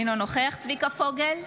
אינו נוכח צביקה פוגל,